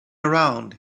around